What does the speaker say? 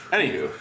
Anywho